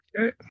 Okay